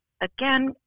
again